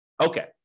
Okay